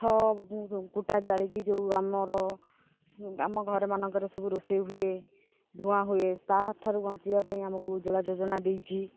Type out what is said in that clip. କୁଟା ଜାଳିକି ଯେଉଁ ଆମର ଆମ ଘରେ ମାନଙ୍କରେ ସବୁ ରୋଷେଇ ହୁଏ ଧୂଆଁ ହୁଏ ତା'ଠାରୁ ବଞ୍ଚିବା ପାଇଁ ଆମକୁ ଉଜ୍ଜ୍ୱଳ ଯୋଜନା ଦେଇଛି